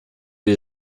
wie